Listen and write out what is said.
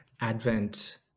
Advent